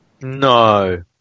No